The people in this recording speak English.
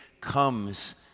comes